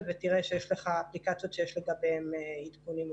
ותראה שיש לך אפליקציות שיש לגביהן עדכונים מוכנים.